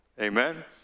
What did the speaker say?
Amen